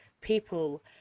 people